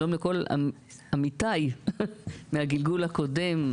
שלום לכל עמיתיי מהגלגול הקודם.